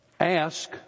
Ask